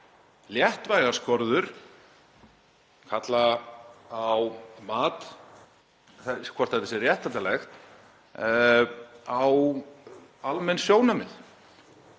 Léttvægar skorður kalla á mat, hvort það sé réttlætanlegt, á almenn sjónarmið.